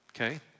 Okay